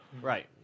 Right